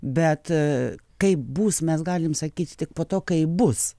bet kai būsim mes galim sakyt tik po to kai bus